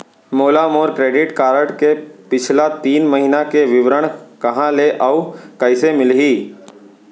मोला मोर credit card के पिछला तीन महीना के विवरण कहाँ ले अऊ कइसे मिलही?